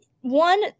one—